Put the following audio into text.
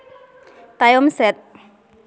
ᱛᱟᱭᱚᱢ ᱥᱮᱫ